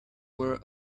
were